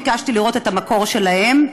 ביקשתי לראות את המקור שלהם.